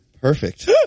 Perfect